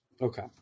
okay